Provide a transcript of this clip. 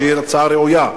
שהיא הצעה ראויה,